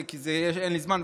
כי אין לי זמן,